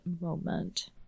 moment